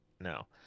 no